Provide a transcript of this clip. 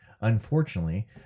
unfortunately